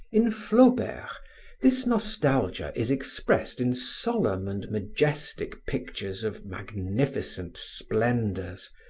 in flaubert this nostalgia is expressed in solemn and majestic pictures of magnificent splendors,